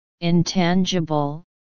intangible